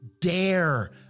dare